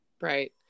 Right